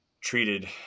treated